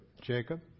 Jacob